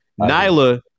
Nyla